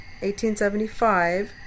1875